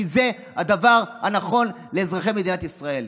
כי זה הדבר הנכון לאזרחי מדינת ישראל.